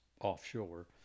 offshore